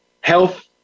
health